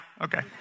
Okay